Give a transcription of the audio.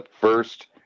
first